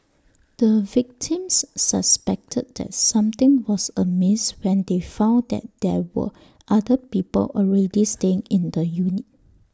the victims suspected that something was amiss when they found that there were other people already staying in the unit